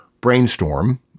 brainstorm